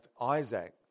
Isaac